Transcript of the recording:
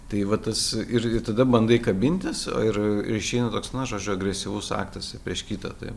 tai va tas ir ir tada bandai kabintis a ir išeina toks na žodžiu agresyvus aktas prieš kitą